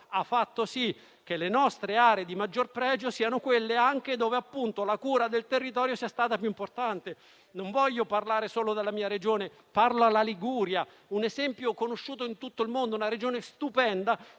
ha fatto sì che le nostre aree di maggior pregio siano anche quelle dove la cura del territorio sia stata più importante. Non voglio parlare solo della mia Regione. Parlo della Liguria, un esempio conosciuto in tutto il mondo, una Regione stupenda,